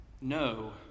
No